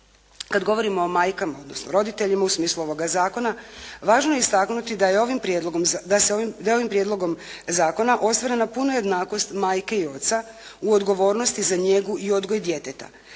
Kad govorimo o majkama, odnosno roditeljima u smislu ovoga zakona važno je istaknuti da je ovim prijedlogom zakona ostvarena puna jednakost majke i oca u odgovornosti za njegu i odgoj djeteta.